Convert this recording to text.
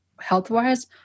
health-wise